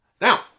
Now